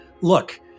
look